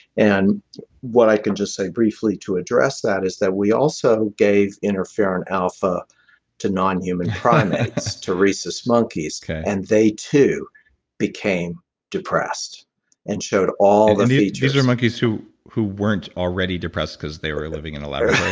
and what i could just say briefly to address that is that we also gave interferon alpha to nonhuman primates to rhesus monkeys and they too became depressed and showed all the features these are monkeys who who weren't already depressed because they were living in laboratory?